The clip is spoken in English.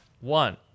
One